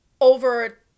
over